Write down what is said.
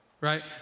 right